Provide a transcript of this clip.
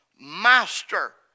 Master